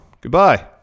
Goodbye